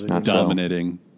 Dominating